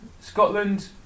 Scotland